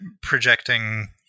projecting